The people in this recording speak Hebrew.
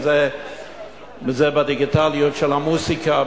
אם זה בתחום של המוזיקה,